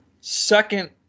Second